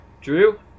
Drew